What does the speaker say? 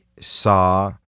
saw